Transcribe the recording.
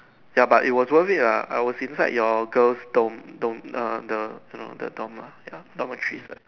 ya but it was worth it lah I was inside your girls dorm dorm err the you know the dorm lah ya dormitory